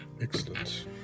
Excellent